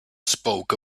spoke